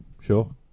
Sure